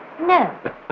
No